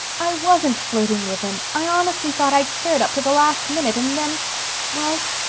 i wasn't flirting with him i honestly thought i cared up to the last minute and then well,